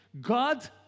God